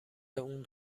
اون